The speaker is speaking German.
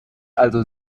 also